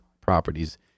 Properties